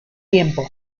tiempo